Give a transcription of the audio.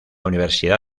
universidad